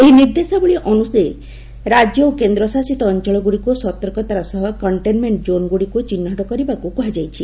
ଏହି ନିର୍ଦ୍ଦେଶାବଳୀ ଅନୁସାରେ ରାଜ୍ୟ ଓ କେନ୍ଦ୍ରଶାସିତ ଅଞ୍ଚଳଗୁଡ଼ିକୁ ସତର୍କତାର ସହ କଣ୍ଟେନ୍ମେଣ୍ଟ ଜୋନ୍ ଗୁଡ଼ିକୁ ଚିହ୍ନଟ କରିବାକୁ କୁହାଯାଇଛି